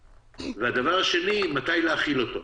והדבר השני הוא מתי להחיל אותו.